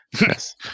Yes